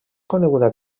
coneguda